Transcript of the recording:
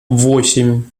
восемь